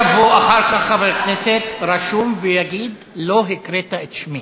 שלא יבוא אחר כך חבר כנסת רשום ויגיד: לא הקראת את שמי.